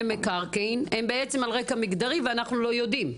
מקרקעין הם על רקע מגדרי ואנחנו לא יודעים.